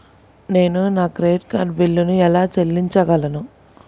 నేను నా credit card బిల్లును ఎలా చెల్లించగలను?